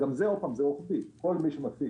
זה רוחבי כל מי שמפיק